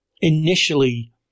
initially